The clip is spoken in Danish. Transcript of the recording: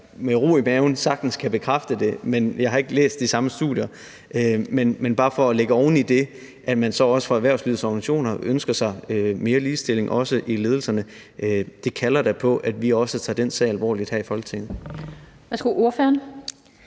med ro i maven bekræfte, men jeg har ikke læst de samme studier. Jeg kan bare lægge oven i det, at man også fra erhvervslivets organisationers side ønsker sig mere ligestilling, også i ledelserne. Det kalder da på, at vi også tager den sag alvorligt her i Folketinget. Kl. 16:28 Den